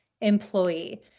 employee